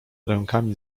rękami